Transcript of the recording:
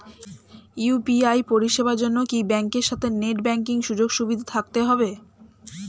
UPI পরিষেবার জন্য কি ব্যাংকের সাথে নেট ব্যাঙ্কিং সুযোগ সুবিধা থাকতে হবে?